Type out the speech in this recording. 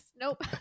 nope